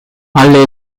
alle